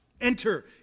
Enter